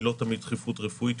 היא לא תמיד דחיפות רפואית,